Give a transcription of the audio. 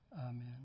Amen